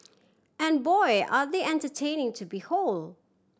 and boy are they entertaining to behold